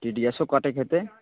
T D S सेहो कटैके हेतै